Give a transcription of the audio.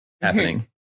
happening